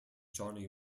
johnny